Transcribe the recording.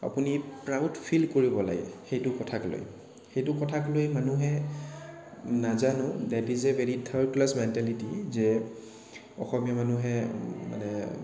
আপুনি proud feel কবিৰ লাগে সেইটো কথাক লৈ সেইটো কথাক লৈ মানুহে নাজানো that is a very third class mentality যে অসমীয়া মানুহে মানে